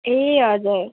ए हजुर